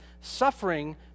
Suffering